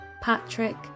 Patrick